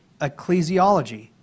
ecclesiology